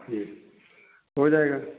जी हो जाएगा